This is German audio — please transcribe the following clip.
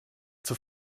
zur